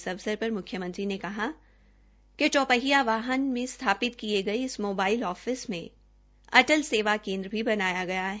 इस अवसर पर मुख्यमंत्री ने कहा कि चौपहिया वाहन में स्थापित किए गए इस मोबाइल ऑफिस में अटल सेवा केंद्र भी बनाया गया है